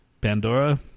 Pandora